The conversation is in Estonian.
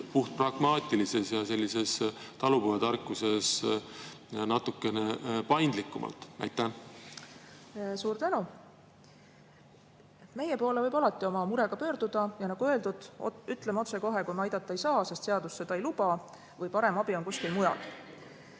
puhtpragmaatiliselt ja olla sellise talupojatarkuse toel natukene paindlikum? Suur tänu! Meie poole võib alati oma murega pöörduda ja nagu öeldud, ütleme otsekohe, kui me aidata ei saa, sest seadus seda ei luba või parem abi on kuskil mujal.